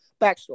Backstory